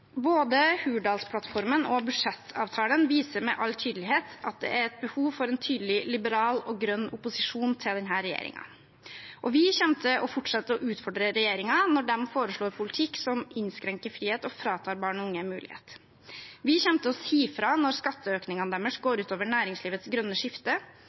Både Hurdalsplattformen og budsjettavtalen viser med all tydelighet at det er behov for en tydelig liberal og grønn opposisjon til denne regjeringen. Vi kommer til å fortsette å utfordre regjeringen når de foreslår politikk som innskrenker frihet og fratar barn og unge en mulighet. Vi kommer til å si fra når skatteøkningene deres går ut over næringslivets grønne skifte,